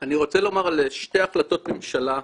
אני רוצה לומר על שתי החלטות ממשלה שקיימות.